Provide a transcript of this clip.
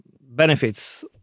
benefits